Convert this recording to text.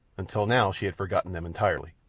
until now she had forgotten them entirely.